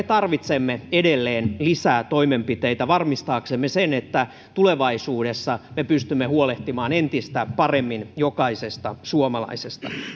tarvitsemme edelleen lisää toimenpiteitä varmistaaksemme sen että tulevaisuudessa me pystymme huolehtimaan entistä paremmin jokaisesta suomalaisesta